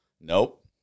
Nope